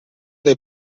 dai